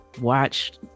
watch